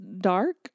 dark